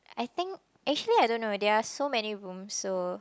I think actually I don't know there are so many rooms so